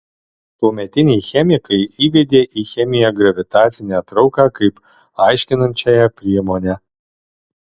tuometiniai chemikai įvedė į chemiją gravitacinę trauką kaip aiškinančiąją priemonę